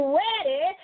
ready